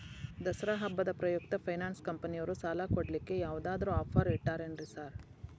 ದಸರಾ ಹಬ್ಬದ ಪ್ರಯುಕ್ತ ಫೈನಾನ್ಸ್ ಕಂಪನಿಯವ್ರು ಸಾಲ ಕೊಡ್ಲಿಕ್ಕೆ ಯಾವದಾದ್ರು ಆಫರ್ ಇಟ್ಟಾರೆನ್ರಿ ಸಾರ್?